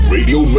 Radio